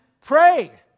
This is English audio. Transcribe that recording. pray